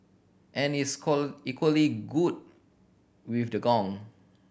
and is equally good with the gong